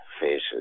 faces